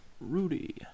rudy